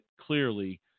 clearly